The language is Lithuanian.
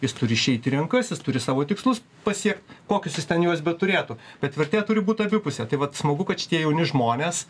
jis turi išeit į rinkas jis turi savo tikslus pasiekt kokius jis ten juos beturėtų bet vertė turi būt abipusė tai vat smagu kad šitie jauni žmonės